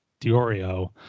DiOrio